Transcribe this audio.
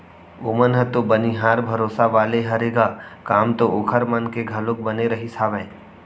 ओमन ह तो बनिहार भरोसा वाले हरे ग काम तो ओखर मन के घलोक बने रहिस हावय